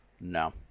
No